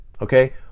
okay